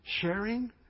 sharing